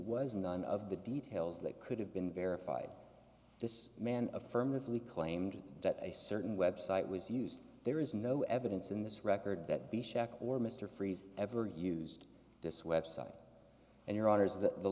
was none of the details that could have been verified this man affirmatively claimed that a certain website was used there is no evidence in this record that the shack or mr freeze ever used this website and your